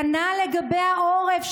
כנ"ל לגבי העורף,